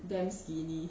damn skinny